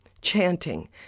chanting